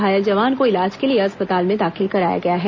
घायल जवान को इलाज के लिए अस्पताल में दाखिल कराया गया है